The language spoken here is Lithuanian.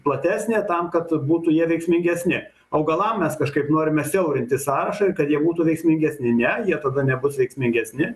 platesnė tam kad būtų jie veiksmingesni augalam mes kažkaip norime siaurinti sąrašą ir kad jie būtų veiksmingesni ne jie tada nebus veiksmingesni